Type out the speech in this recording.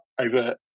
over